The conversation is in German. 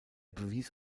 bewies